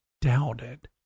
doubted